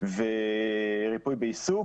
וריפוי בעיסוק,